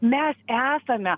mes esame